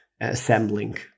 assembling